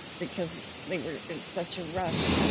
because they were in such a rush